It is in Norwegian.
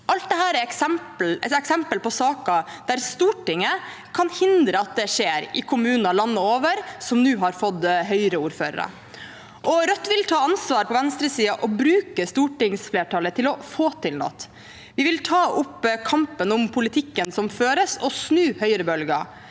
Alt dette er eksempler på saker der Stortinget kan hindre at dette skjer i kommuner landet over, som nå har fått Høyre-ordførere. Rødt vil ta ansvar på venstresiden og bruke stortingsflertallet til å få til noe. Vi vil ta opp kampen om politikken som føres, og snu høyrebølgen